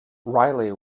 reilly